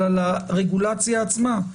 אלא לרגולציה עצמה.